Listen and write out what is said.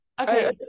okay